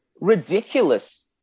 ridiculous